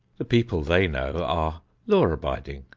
the people they know are law-abiding,